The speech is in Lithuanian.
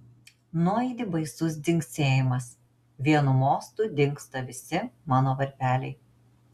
nuaidi baisus dzingsėjimas vienu mostu dingsta visi mano varpeliai